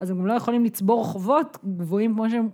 אז הם לא יכולים לצבור חובות גבוהים כמו שהם...